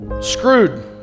screwed